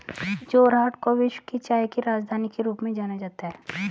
जोरहाट को विश्व की चाय की राजधानी के रूप में जाना जाता है